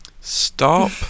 Stop